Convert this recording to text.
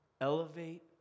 Elevate